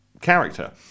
character